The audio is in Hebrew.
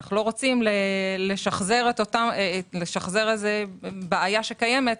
אנחנו לא רוצים לשחזר איזו בעיה שקיימת,